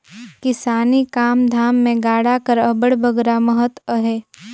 किसानी काम धाम मे गाड़ा कर अब्बड़ बगरा महत अहे